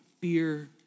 fear